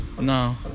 No